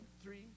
three